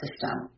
system